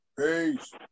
Peace